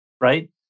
right